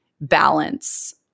balance